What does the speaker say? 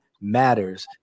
matters